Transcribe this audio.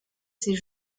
ses